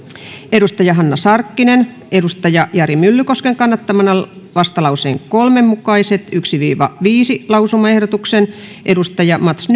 hanna sarkkinen jari myllykosken kannattamana vastalauseen kolme mukaiset ensimmäisen viiva viidennen lausumaehdotuksen mats